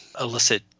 illicit